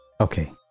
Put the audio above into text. okay